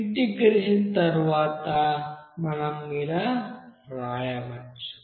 integration తరువాత మనం ఇలా వ్రాయవచ్చు